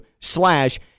slash